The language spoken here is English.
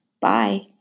Bye